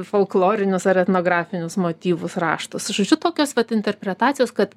folklorinius ar etnografinius motyvus raštus žodžiu tokios vat interpretacijos kad